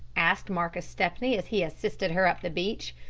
asked marcus stepney as he assisted her up the beach.